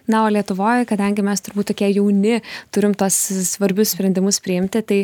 na o lietuvoj kadangi mes turbūt tokie jauni turim tuos svarbius sprendimus priimti tai